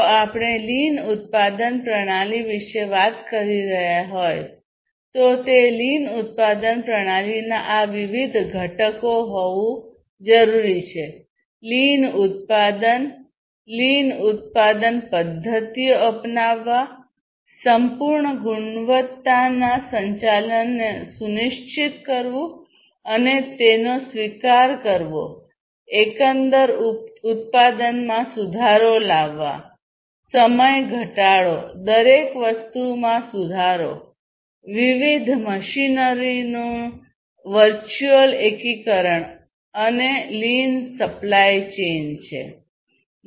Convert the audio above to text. જો આપણે લીન ઉત્પાદન પ્રણાલી વિશે વાત કરી રહ્યા હોય તો તે લીન ઉત્પાદન પ્રણાલીના આ વિવિધ ઘટકો હોવું જરૂરી છે લીન ઉત્પાદન લીન ઉત્પાદન પદ્ધતિઓ અપનાવવા સંપૂર્ણ ગુણવત્તાના સંચાલનને સુનિશ્ચિત કરવું અને તેનો સ્વીકાર કરવો એકંદર ઉત્પાદનમાં સુધારો લાવવા સમય ઘટાડવો દરેક વસ્તુમાં સુધારો વિવિધ મશીનરીનું વર્ચુઅલ એકીકરણ અને લીન દુર્બળ સપ્લાય ચેઇન છે